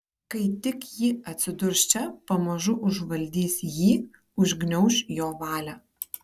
kai tik ji atsidurs čia pamažu užvaldys jį užgniauš jo valią